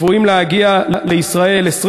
צפויים להגיע לישראל 21